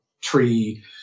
tree